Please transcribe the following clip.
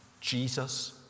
Jesus